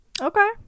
Okay